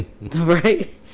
Right